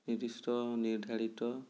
নিৰ্দিষ্ট নিৰ্ধাৰিত